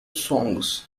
songs